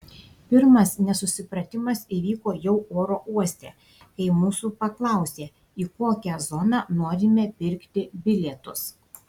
pirmas nesusipratimas įvyko jau oro uoste kai mūsų paklausė į kokią zoną norime pirkti bilietus